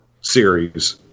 series